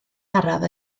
araf